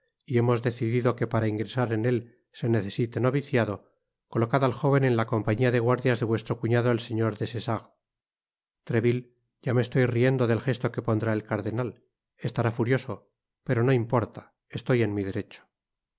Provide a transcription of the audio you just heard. y hemos decidido que para ingresar en él se necesite noviciado colocad al jóven en la compañia de guardias de vuestro cuñado el señor des essarts treville ya me estoy riendo del gesto que pondrá el cardenal estará furioso pero no importa estoy en mi derecho el